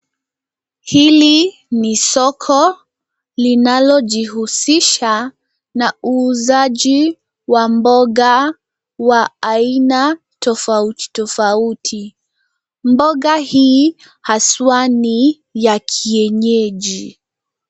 Hili ni soko linalojihusisha na uuzaji wa mboga wa aina tofauti tofauti. Mboga hii haswa ni ya kienyeji.